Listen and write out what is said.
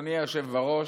אדוני היושב-ראש,